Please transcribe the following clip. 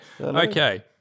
Okay